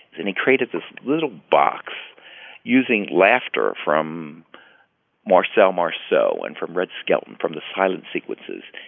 and he created this little box using laughter from marcel marceau and from red skeleton, from the silent sequences,